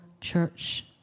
church